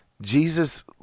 Jesus